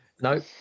No